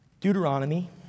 Deuteronomy